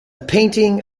painting